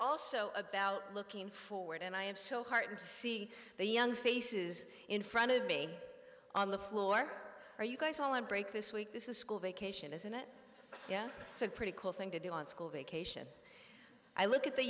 also about looking forward and i am so heartened to see the young faces in front of me on the floor are you guys all on break this week this is school vacation isn't it yeah so pretty cool thing to do on school vacation i look at the